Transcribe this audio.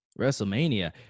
WrestleMania